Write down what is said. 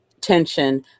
tension